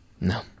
No